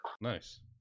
Nice